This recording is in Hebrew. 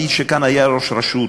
מי שכאן היה ראש רשות,